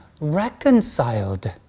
reconciled